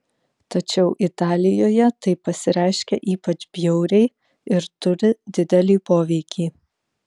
tačiau italijoje tai pasireiškia ypač bjauriai ir turi didelį poveikį